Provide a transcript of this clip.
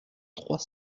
trois